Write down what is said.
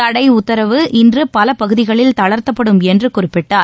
தடை உத்தரவு இன்று பல பகுதிகளில் தளர்த்தப்படும் என்று குறிப்பிட்டார்